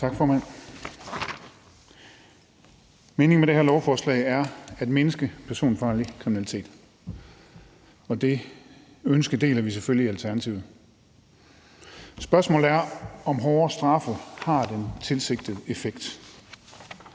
Tak, formand. Meningen med det her lovforslag er at mindske personfarlig kriminalitet, og det ønske deler vi selvfølgelig i Alternativet. Spørgsmålet er, om hårdere straffe har den tilsigtede effekt.